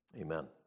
Amen